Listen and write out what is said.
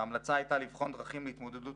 וההמלצה הייתה לבחון דרכים להתמודדות